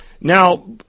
Now